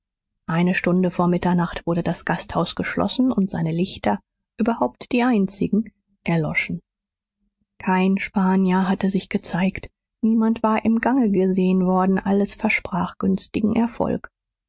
eine stunde vor mitternacht wurde das gasthaus geschlossen und seine lichter überhaupt die einzigen erloschen kein spanier hatte sich gezeigt niemand war im gange gesehen worden alles versprach günstigen erfolg